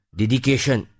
dedication